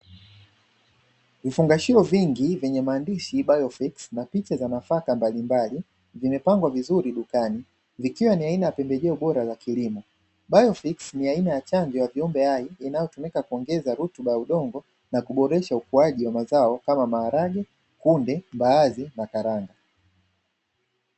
Vifungashiwo vingi vyenye maandishi "BIOFIX" na picha za nafaka mbalimbali vimepangwa vizuri dukani vikiwa ni aina ya pembejeo bora za kilimo. "BIOFIX" ni aina ya chanjo ya viumbe hai inayotumika kuongeza rutuba ya udongo na kuboresha ukuaji wa mazao kama: maharage, kunde, mbaazi na karanga.